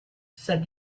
said